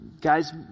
Guys